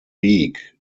beak